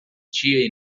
dia